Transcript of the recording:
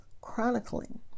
chronicling